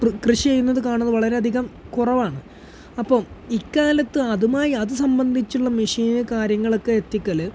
കൃഷി ചെയ്യുന്നത് കാണുന്നത് വളരെയധികം കുറവാണ് അപ്പം ഇക്കാലത്ത് അതുമായി അത് സംബന്ധിച്ചുള്ള മെഷീന് കാര്യങ്ങളൊക്കെ എത്തിക്കൽ